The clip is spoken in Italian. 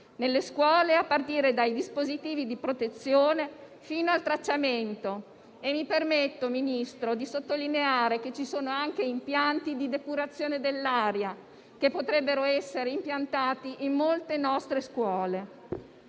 nelle scuole, a partire dai dispositivi di protezione fino al tracciamento. Mi permetto, signor Ministro, di sottolineare che ci sono anche impianti di depurazione dell'aria che potrebbero essere impiantati in molte nostre scuole.